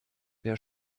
wer